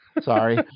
Sorry